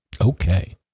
okay